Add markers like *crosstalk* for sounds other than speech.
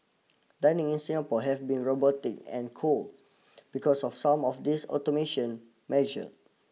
dining in Singapore have been robotic and cold *noise* because of some of these automation measure